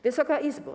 Wysoka Izbo!